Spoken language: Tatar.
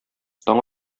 таң